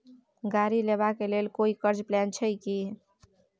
गाड़ी लेबा के लेल कोई कर्ज प्लान छै की?